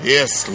Yes